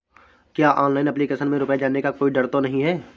क्या online application में रुपया जाने का कोई डर तो नही है?